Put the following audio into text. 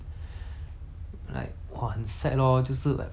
!wah! 很 sad lor 你一直问我 !wah! 那种奇怪的问题